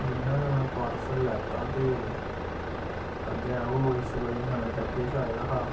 जिन्ना गै में पार्सल लैता ते अग्गें ओह् इस बारी नमें डब्बे च आए दा हा